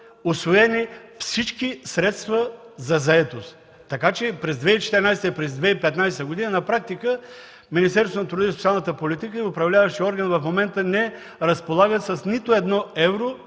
усвоени всички средства за заетост. Така че през 2014, 2015 г. на практика Министерството на труда и социалната политика и управляващите органи в момента не разполагат с нито едно евро,